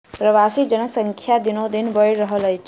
प्रवासी जनक संख्या दिनोदिन बढ़ि रहल अछि